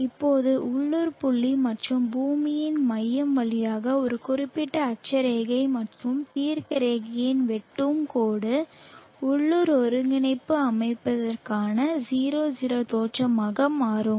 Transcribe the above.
இப்போது உள்ளூர் புள்ளி மற்றும் பூமியின் மையம் வழியாக ஒரு குறிப்பிட்ட அட்சரேகை மற்றும் தீர்க்கரேகையில் வெட்டும் கோடு உள்ளூர் ஒருங்கிணைப்பு அமைப்பிற்கான 00 தோற்றமாக மாறும்